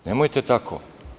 Pa, nemojte tako.